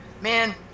man